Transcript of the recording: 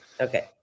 Okay